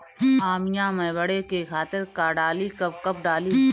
आमिया मैं बढ़े के खातिर का डाली कब कब डाली?